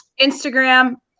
Instagram